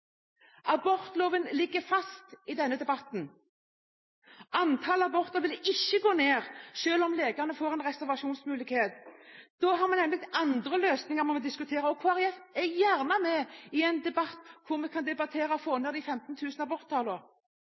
Abortloven ligger fast i denne debatten. Antallet aborter vil ikke gå ned selv om legene skulle få en reservasjonsmulighet. Da har vi nemlig andre løsninger vi må diskutere, og Kristelig Folkeparti er gjerne med i en debatt om hvordan vi kan få ned de